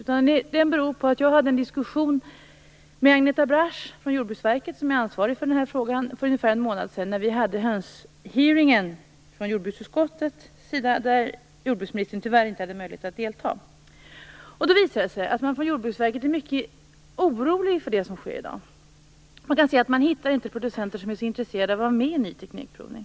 Skälet till den är att jag hade en diskussion med Agneta Brasch på Jordbruksverket, som är ansvarigt för den här frågan, för ungefär en månad sedan när jordbruksutskottet hade en hearing om höns. Jordbruksministern hade tyvärr inte möjlighet att delta. Då visade det sig att man på Jordbruksverket är mycket orolig för det som sker i dag. Man hittar inte producenter som är intresserade av att vara med i ny teknikprovning.